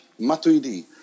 Matuidi